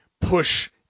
push